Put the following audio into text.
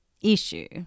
issue